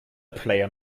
player